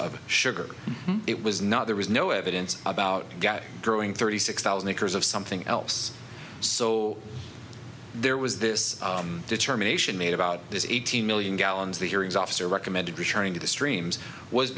of sugar it was not there was no evidence about growing thirty six thousand acres of something else so there was this determination made about this eighteen million gallons the hearings officer recommended returning to the streams was